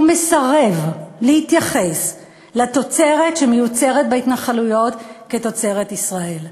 הוא מסרב להתייחס לתוצרת שמיוצרת בהתנחלויות כאל תוצרת ישראל.